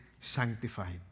sanctified